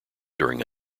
during